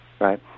Right